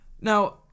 now